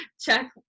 check